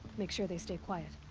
make sure they stay quiet.